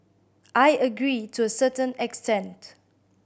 I agree to a certain extent